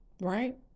right